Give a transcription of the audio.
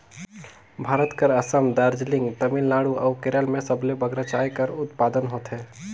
भारत कर असम, दार्जिलिंग, तमिलनाडु अउ केरल में सबले बगरा चाय कर उत्पादन होथे